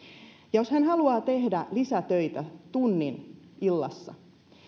ja haluaa tehdä lisätöitä tunnin illassa